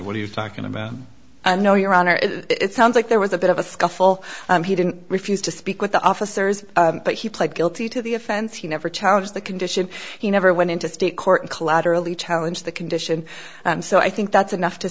what are you talking about i know your honor it sounds like there was a bit of a scuffle he didn't refuse to speak with the officers but he pled guilty to the offense he never challenged the condition he never went into state court collaterally challenge the condition so i think that's enough to